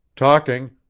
talking.